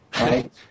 right